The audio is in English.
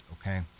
okay